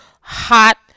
hot